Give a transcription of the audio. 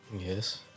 Yes